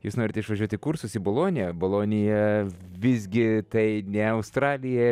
jūs norite išvažiuot į kursus į boloniją bolonija visgi tai ne australija